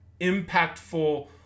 impactful